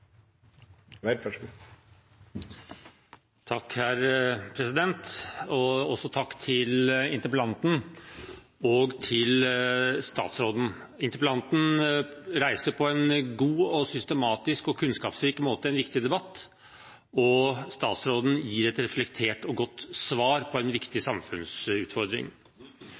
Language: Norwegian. Takk til interpellanten og til statsråden. Interpellanten reiser på en god, systematisk og kunnskapsrik måte en viktig debatt, og statsråden gir et reflektert og godt svar på en viktig samfunnsutfordring.